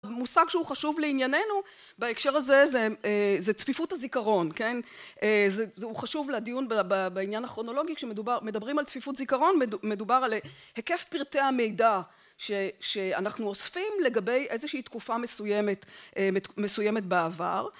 המושג שהוא חשוב לענייננו, בהקשר הזה, זה צפיפות הזיכרון, כן? הוא חשוב לדיון בעניין הכרונולוגי, כשמדברים על צפיפות זיכרון, מדובר על היקף פרטי המידע שאנחנו אוספים לגבי איזושהי תקופה מסוימת בעבר.